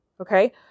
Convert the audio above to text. Okay